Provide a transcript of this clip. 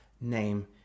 name